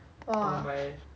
!wah!